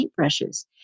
paintbrushes